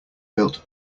built